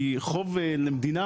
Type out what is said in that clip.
כי חוב למדינה,